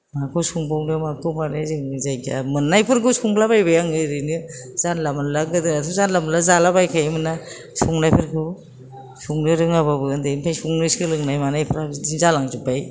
माखौ संबावनो माखौ मानो जोंनि जायगायाव मोननायफोरखौ संलाबायबाय आङो ओरैनो जानला मोनला गोदोथ' जानला मोनला जालाबायखायोमोन ना संनायफोरखौ संनो रोङाब्लाबो उन्दैनिफ्रायनो संनो सोलोंनाय मानायफ्रा बिदिनो जालांजोब्बाय